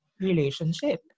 relationship